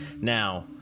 now